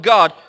God